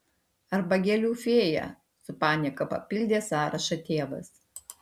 arba gėlių fėja su panieka papildė sąrašą tėvas